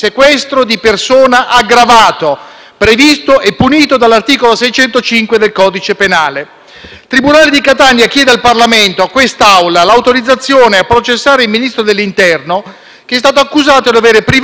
tribunale di Catania, chiede al Parlamento, a questa Assemblea, l'autorizzazione a processare il Ministro dell'interno, che è stato accusato di avere privato della libertà personale, per sei giorni, 177 persone, tra cui alcuni minori,